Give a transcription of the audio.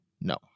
No